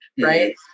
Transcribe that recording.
right